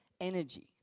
energy